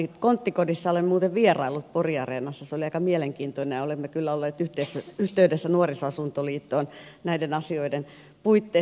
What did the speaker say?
konttikodissa olen muuten vieraillut porin areenassa se oli aika mielenkiintoinen ja olemme kyllä olleet yhteydessä nuorisoasuntoliittoon näiden asioiden puitteissa